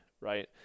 right